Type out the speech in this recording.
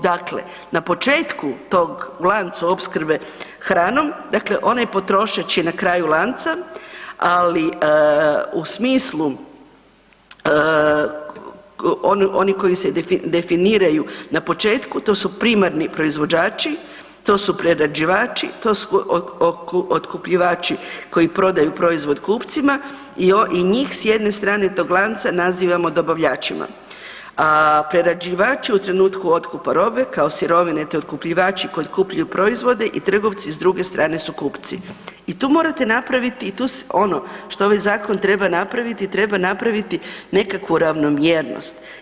Dakle, na početku tog, u lancu opskrbe hranom, dakle onaj potrošač je na kraju lanca, ali u smislu, oni koji se definiraju na početku, to su primarni proizvođači, to su prerađivači, to su otkupljivači koji prodaju proizvod kupcima i njih, s jedne strane tog lanca, nazivamo dobavljačima, a prerađivače, u trenutku otkupa robe, kao sirovine te otkupljivači koji otkupljuju proizvode i trgovci, s druge strane su kupci i tu morate napraviti i tu ono, što ovaj Zakon treba napraviti, treba napraviti nekakvu ravnomjernost.